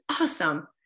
awesome